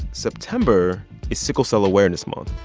september is sickle cell awareness month.